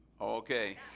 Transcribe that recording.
okay